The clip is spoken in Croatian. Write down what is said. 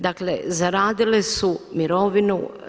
Dakle, zaradile su mirovinu.